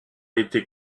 été